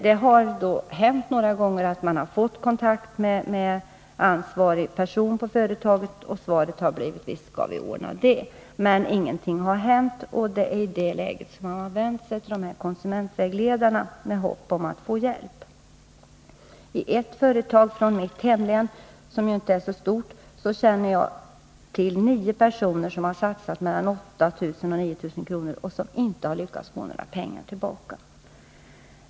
Det har dock faktiskt hänt att försäljare några gånger fått kontakt med ansvarig person på företaget. Svaret har då blivit: Visst det skall vi ordna. Ingenting har emellertid hänt, och det är idet läget som man har vänt sig till konsumentvägledarna med hopp om att få hjälp. Från mitt hemlän, som ju inte är så stort, känner jag till ett företag där nio personer som satsat mellan 8 000 och 9 000 kr. inte har lyckats få några pengar tillbaka.